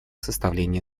составление